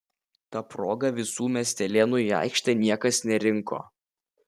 ta proga visų miestelėnų į aikštę niekas nerinko